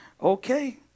Okay